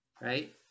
right